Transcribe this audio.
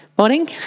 Morning